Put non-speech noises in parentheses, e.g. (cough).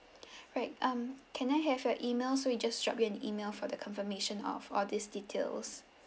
(breath) right um can I have your email so we just drop you an email for the confirmation of all these details